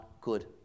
Good